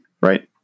right